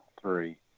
Three